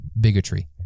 bigotry